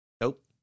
Nope